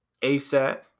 ASAP